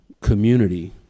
community